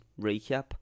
recap